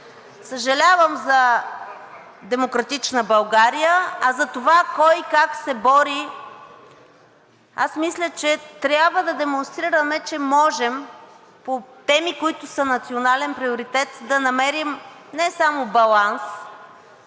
Съжалявам за „Демократична България“. А за това кой как се бори, аз мисля, че трябва да демонстрираме, че можем по теми, които са национален приоритет, да намерим не само баланс